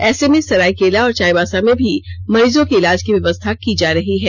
ऐसे में सरायकेला और चाईबासा में भी मरीजों के इलाज की व्यवस्था की जा रही है